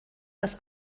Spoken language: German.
das